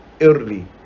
early